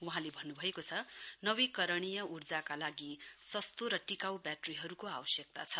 वहाँले भन्नुभएको छ नवीकरणीय अर्जाका लागि सस्तो र टिकाउ व्याट्रीहरूको आवश्यकता छ